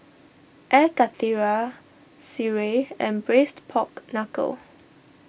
Air Karthira Sireh and Braised Pork Knuckle